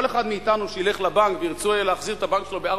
כל אחד מאתנו שילך לבנק וירצה להחזיר לבנק שלו את ההלוואה,